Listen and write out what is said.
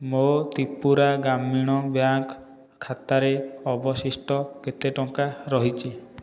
ମୋ' ତ୍ରିପୁରା ଗ୍ରାମୀଣ ବ୍ୟାଙ୍କ୍ ଖାତାରେ ଅବଶିଷ୍ଟ କେତେ ଟଙ୍କା ରହିଛି